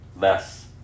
less